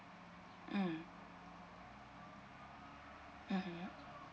mm mmhmm